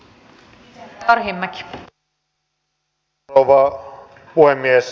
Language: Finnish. arvoisa rouva puhemies